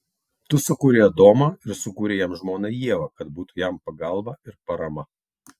tu sukūrei adomą ir sukūrei jam žmoną ievą kad būtų jam pagalba ir parama